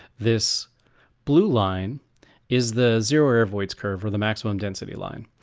this blue line is the zero air voids curve for the maximum density line,